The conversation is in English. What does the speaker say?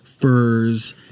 furs